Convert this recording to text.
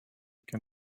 can